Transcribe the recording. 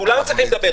כולם צריכים לדבר.